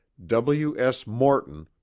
w. s. morton,